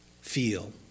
feel